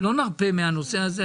לא נרפה מהנושא הזה.